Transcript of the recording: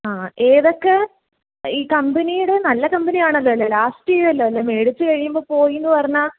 ആ ഏതൊക്കെ ഈ കമ്പനീടെ നല്ല കമ്പനിയാണല്ലോലേ ലാസ്റ്റ ചെയ്യുവല്ലോലേ മേടിച്ച് കഴിയുമ്പോൾ പോയീന്ന് പറഞ്ഞാൽ